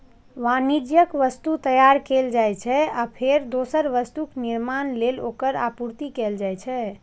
वाणिज्यिक वस्तु तैयार कैल जाइ छै, आ फेर दोसर वस्तुक निर्माण लेल ओकर आपूर्ति कैल जाइ छै